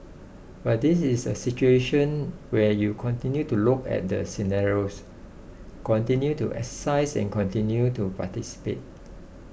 but this is a situation where you continue to look at the scenarios continue to exercise and continue to anticipate